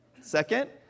second